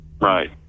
Right